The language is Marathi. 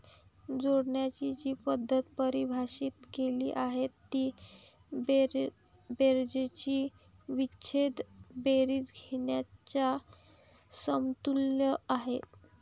जोडण्याची जी पद्धत परिभाषित केली आहे ती बेरजेची विच्छेदक बेरीज घेण्याच्या समतुल्य आहे